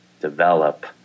develop